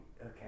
Okay